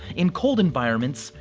in cold environments,